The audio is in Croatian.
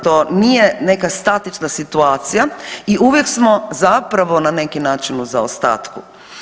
To nije neka statična situacija i uvijek smo zapravo na neki način u zaostatku.